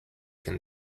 can